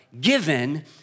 given